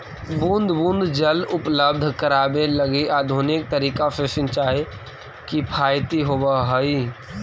बूंद बूंद जल उपलब्ध करावे लगी आधुनिक तरीका से सिंचाई किफायती होवऽ हइ